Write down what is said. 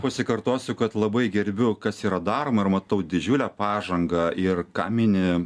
pasikartosiu kad labai gerbiu kas yra daroma ir matau didžiulę pažangą ir ką mini